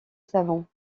savants